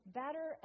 better